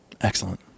Excellent